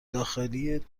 داخلی